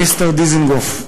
מיסטר דיזנגוף,